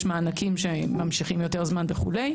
יש מענקים שממשיכים יותר זמן וכו'.